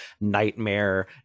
nightmare